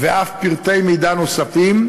ואף פרטי מידע נוספים,